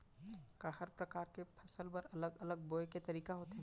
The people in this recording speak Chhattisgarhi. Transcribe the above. का हर प्रकार के फसल बर अलग अलग बोये के तरीका होथे?